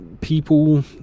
people